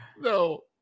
No